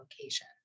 location